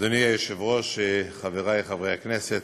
אדוני היושב-ראש, חברי חברי הכנסת,